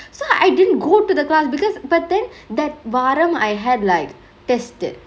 so I didn't go to the class because but then that வாரம்: vaaram I had like test